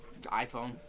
iPhone